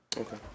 okay